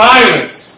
Silence